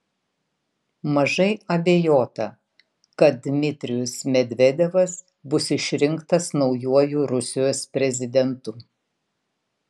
mažai abejota kad dmitrijus medvedevas bus išrinktas naujuoju rusijos prezidentu